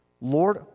Lord